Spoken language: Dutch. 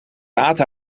aten